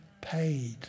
paid